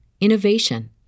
innovation